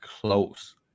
close